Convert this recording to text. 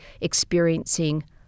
experiencing